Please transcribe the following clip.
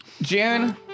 June